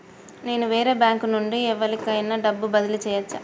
నేను వేరే బ్యాంకు నుండి ఎవలికైనా డబ్బు బదిలీ చేయచ్చా?